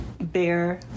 bear